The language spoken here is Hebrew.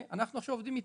ואנחנו עכשיו עובדים איתו,